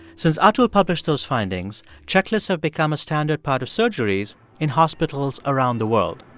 since atul published those findings, checklists have become a standard part of surgeries in hospitals around the world,